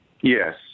Yes